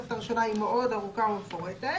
והתוספת הראשונה היא מאוד ארוכה ומפורטת.